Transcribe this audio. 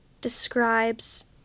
describes